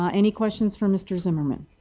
ah any questions for mr. zimmerman.